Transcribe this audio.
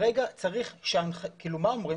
מה אומרים?